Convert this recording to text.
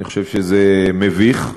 אני חושב שזה מביך.